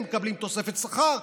הם מקבלים תוספת שכר,